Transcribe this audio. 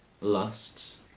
lusts